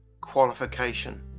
qualification